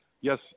Yes